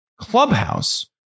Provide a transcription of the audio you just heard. Clubhouse